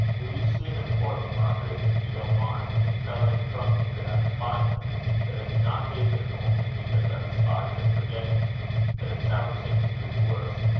will you see him for me, margaret, if you don't mind and tell him from me, that i defy him that i do not hate him, only because i despise and forget him that i challenge him to do his worst.